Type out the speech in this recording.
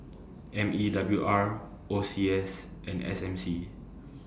M E W R O C S and S M C